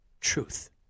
truth